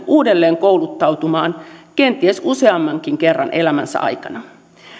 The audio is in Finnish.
uudelleenkouluttautua kenties useammankin kerran elämänsä aikana